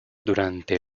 durante